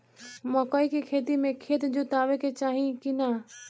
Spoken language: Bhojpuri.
मकई के खेती मे खेत जोतावे के चाही किना?